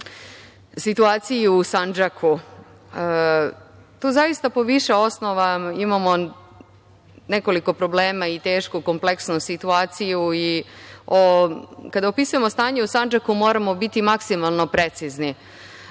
situaciji u Sandžaku. Tu zaista po više osnova imao nekoliko problema i tešku kompleksnu situaciju i kada opisujemo stanje u Sandžaku moramo biti maksimalno precizni. Vrlo